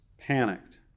panicked